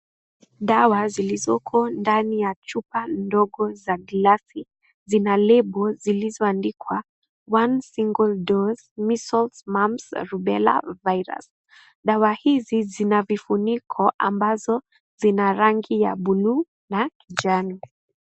Dawa zilizoko ndani ya chupa ndogo za glasi zina lebo zilizoandikwa one single dose measles, mumps, rubella virus dawa hizi zina vifuniko ambazo zina rangi ya buluu na kijani.